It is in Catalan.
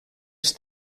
als